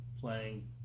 playing